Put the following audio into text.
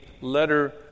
letter